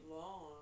long